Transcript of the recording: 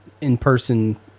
in-person